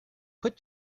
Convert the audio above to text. put